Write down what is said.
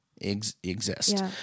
exist